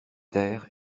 taire